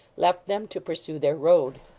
left them to pursue their road.